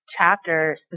chapter